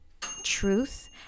truth